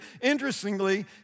Interestingly